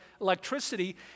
electricity